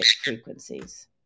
frequencies